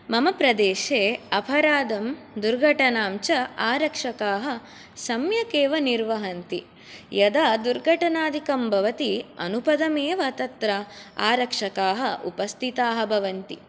मम प्रदेशे अपराधं दुर्घटनां च आरक्षकाः सम्यक् एव निर्वहन्ति यदा दुर्घटनाधिकं भवति अनुपदमेव तत्र आरक्षकाः उपस्थिताः भवन्ति